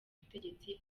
ubutegetsi